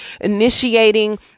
initiating